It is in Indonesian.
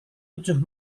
tujuh